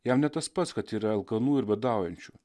jam ne tas pats kad yra alkanų ir badaujančių